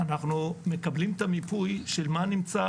אנחנו מקבלים את המיפוי של מה שנמצא